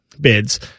Bids